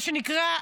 מה שנקרא,